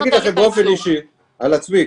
אגיד לכם באופן אישי על עצמי,